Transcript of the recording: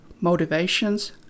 motivations